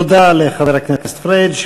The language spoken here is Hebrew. תודה לחבר הכנסת פריג'.